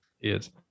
Yes